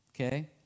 Okay